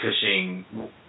Cushing